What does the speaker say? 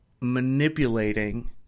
manipulating